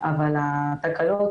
אבל התקלות,